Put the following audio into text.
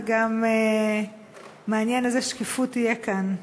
וגם מעניין איזו שקיפות תהיה כאן.